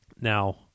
Now